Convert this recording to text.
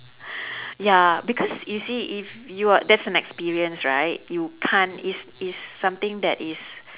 ya because you see if you ar~ that's an experience right you can't is is something that is